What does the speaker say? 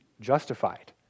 justified